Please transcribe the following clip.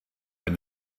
when